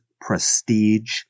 prestige